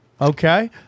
Okay